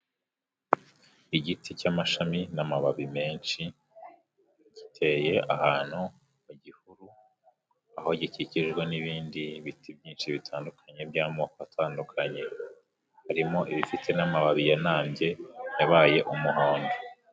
Igiti cy'amashami n'amababi menshi, giteye ahantu mu gihuru, aho gikikijwe n'ibindi biti byinshi bitandukanye by'amoko atandukanye, harimo ibifite n'amababi yananambye yabaye umuhondo.